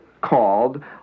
called